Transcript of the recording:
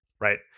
Right